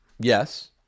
Yes